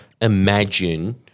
imagine